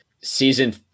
season